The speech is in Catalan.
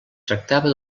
tractava